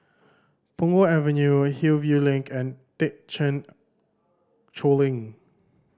Punggol Avenue Hillview Link and Thekchen Choling